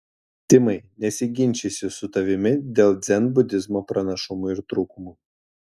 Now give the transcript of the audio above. timai nesiginčysiu su tavimi dėl dzenbudizmo pranašumų ir trūkumų